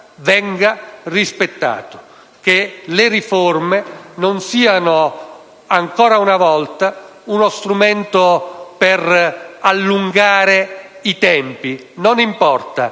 venga rispettato e che le riforme non siano ancora una volta uno strumento per allungare i tempi, e non importa